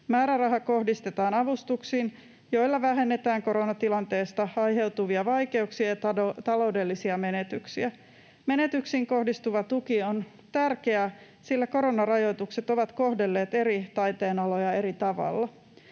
Määräraha kohdistetaan avustuksiin, joilla vähennetään koronatilanteesta aiheutuvia vaikeuksia ja taloudellisia menetyksiä. Menetyksiin kohdistuva tuki on tärkeä, sillä koronarajoitukset ovat kohdelleet eri taiteenaloja eri tavalla.